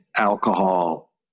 Alcohol